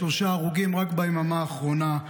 שלושה הרוגים רק ביממה האחרונה.